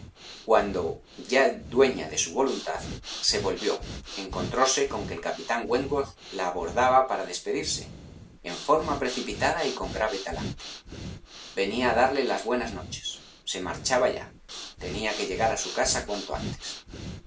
cuando ya dueña de su voluntad se volvió encontróse con que el capitán wentworth la abordaba para despedirse en forma precipitada y con grave talante venía a darle las buenas noches se marchaba ya tenía que llegar a su casa cuanto antes